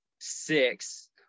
six